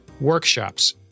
workshops